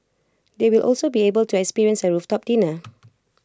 they will also be able to experience A rooftop dinner